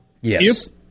Yes